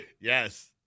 yes